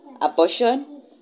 abortion